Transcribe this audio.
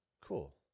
Cool